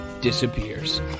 disappears